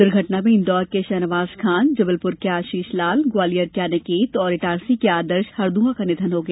दुर्घटना में इंदौर के शाहनवाज़ खान जबलपुर के आशीष लाल ग्वालियर के अनिकेत और इटारसी के आदर्श हरद्आ का निधन हो गया